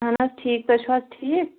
اَہَن حظ ٹھیٖک تُہۍ چھُو حظ ٹھیٖک